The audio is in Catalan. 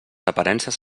aparences